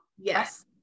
Yes